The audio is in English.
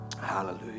Hallelujah